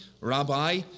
Rabbi